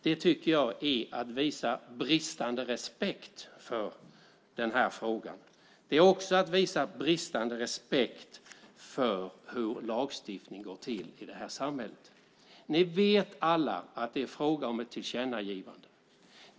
Det är att visa bristande respekt för den här frågan. Det är också att visa bristande respekt för hur lagstiftning går till i det här samhället. Ni vet alla att det är fråga om ett tillkännagivande.